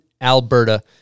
Alberta